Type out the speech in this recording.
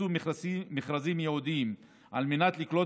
ופרסום מכרזים ייעודיים על מנת לקלוט